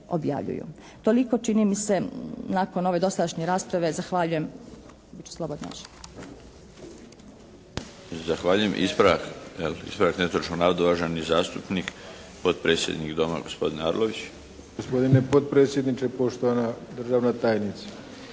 Toliko čini mi se nakon ove dosadašnje rasprave. Zahvaljujem,